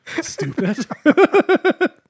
stupid